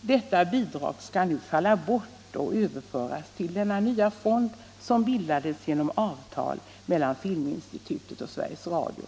Detta bidrag skall falla bort och överföras till den nya fond som bildats genom avtal mellan Filminstitutet och Sveriges Radio.